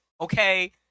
Okay